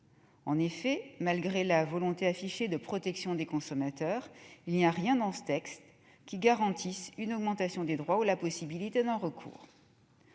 En effet, malgré la volonté affichée de protection des consommateurs, il n'y a rien dans ce texte qui garantisse une augmentation des droits ou la possibilité d'un recours.